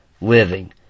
living